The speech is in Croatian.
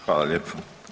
Hvala lijepo.